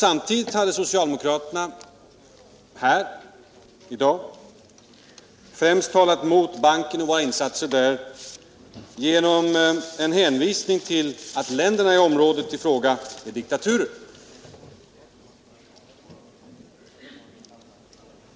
Samtidigt har socialdemokraterna här i dag främst talat mot banken och våra insatser där genom en hänvisning till att länderna i området i fråga är diktaturer.